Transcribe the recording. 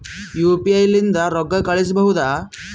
UPI ಲಿಂದ ರೊಕ್ಕ ಕಳಿಸಬಹುದಾ?